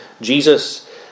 Jesus